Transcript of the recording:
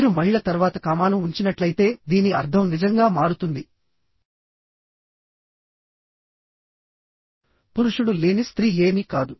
మీరు మహిళ తర్వాత కామాను ఉంచినట్లయితే దీని అర్థం నిజంగా మారుతుంది పురుషుడు లేని స్త్రీ ఏమీ కాదు